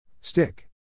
Stick